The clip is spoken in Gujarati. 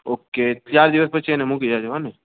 ઓકે ચાર દિવસ પછી એને મૂકી જજો હોને